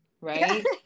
right